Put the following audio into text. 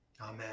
Amen